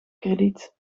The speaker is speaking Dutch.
krediet